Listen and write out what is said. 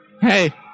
Hey